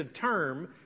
term